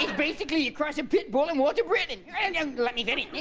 basically you cross a pit boiling water brittany and and and like